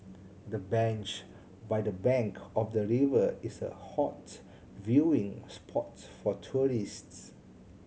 the bench by the bank of the river is a hot viewing spot for tourists